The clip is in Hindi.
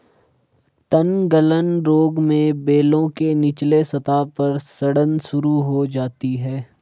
तनगलन रोग में बेलों के निचले सतह पर सड़न शुरू हो जाती है